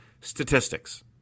statistics